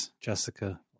Jessica